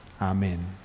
Amen